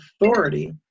authority